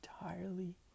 entirely